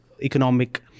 economic